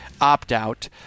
opt-out